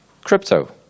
Crypto